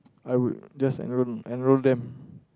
I would just enroll enroll them